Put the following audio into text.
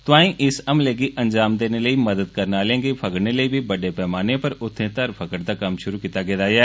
तोआईं इस हमले गी अंजाम देने लेई मदद करने आह्लें गी फगड़ने लेई बड्डे पैमाने उप्पर धर फगड़ दा कम्म षुरु कीता गेआ ऐ